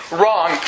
wrong